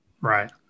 Right